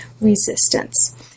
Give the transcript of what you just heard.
resistance